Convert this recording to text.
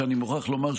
מבקש להודות לך,